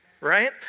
right